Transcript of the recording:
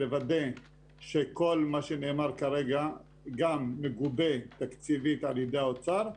לוודא שכל מה שנאמר כרגע גם מגובה תקציבית על-ידי האוצר,